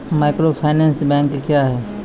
Microfinance bank क्या हैं?